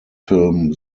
film